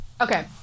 Okay